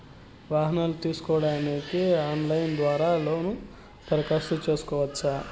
వాహనాలు తీసుకోడానికి ఆన్లైన్ ద్వారా లోను దరఖాస్తు సేసుకోవచ్చా?